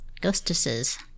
Ghostesses